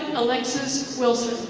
alexis wilson.